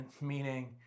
meaning